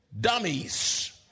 dummies